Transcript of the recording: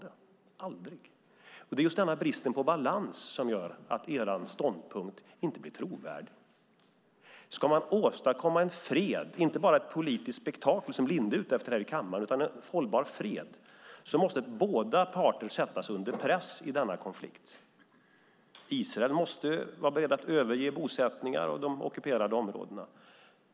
Det är just denna brist på balans som gör att er ståndpunkt inte blir trovärdig. Ska man åstadkomma inte bara ett politiskt spektakel här i kammaren, som Linde är ute efter, utan en hållbar fred, då måste båda parter i denna konflikt sättas under press. Israel måste vara beredd att överge bosättningar och de ockuperade områdena.